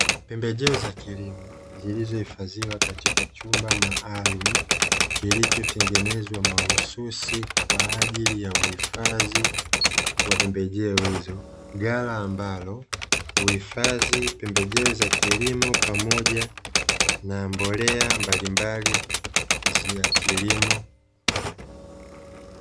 Pembejeo za kilimo zilizohifadhiwa katika chumba maalumu, kilichotengenezwa mahususi kwa ajili ya uhifadhi wa pembejeo hizo. Ghala ambalo huhifadhi pembejeo za kilimo, pamoja na mbolea mbalimbali za kilimo.